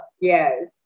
Yes